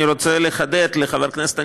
אני רוצה לחדד לחבר הכנסת הנכבד,